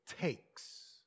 takes